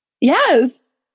Yes